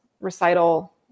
recital